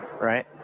right